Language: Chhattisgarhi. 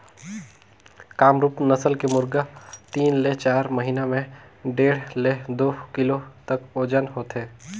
कामरूप नसल के मुरगा तीन ले चार महिना में डेढ़ ले दू किलो तक ओजन होथे